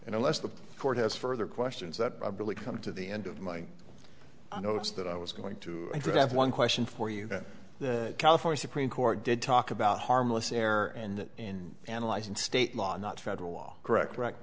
and unless the court has further questions that really come to the end of my notes that i was going to draft one question for you that the california supreme court did talk about harmless error and that in analyzing state law not federal law correct correct